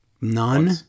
None